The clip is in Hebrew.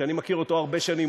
ואני מכיר אותו הרבה שנים,